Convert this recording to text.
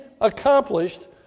accomplished